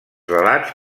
relats